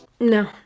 no